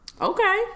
okay